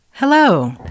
Hello